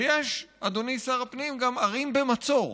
ויש, אדוני שר הפנים, גם ערים במצור,